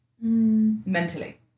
mentally